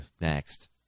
Next